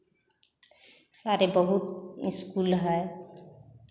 सारे बहुत स्कूल हैं